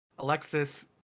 Alexis